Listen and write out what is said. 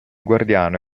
guardiano